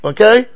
Okay